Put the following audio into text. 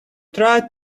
tried